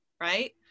right